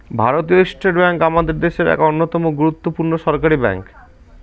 ভারতীয় state bank আমাদের দেশের এক অন্যতম গুরুত্বপূর্ণ সরকারি ব্যাঙ্ক